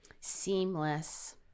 Seamless